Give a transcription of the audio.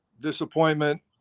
disappointment